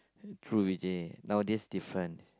true Vijay nowadays different